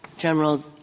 General